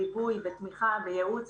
ליווי ותמיכה וייעוץ,